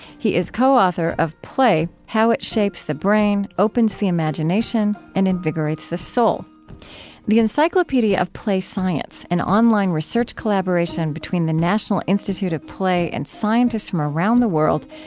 he is co-author of play how it shapes the brain, opens the imagination, and invigorates the soul the encyclopedia of play science, an online research collaboration between the national institute of play and scientists from around the world,